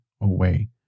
away